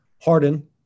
Harden